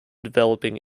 developing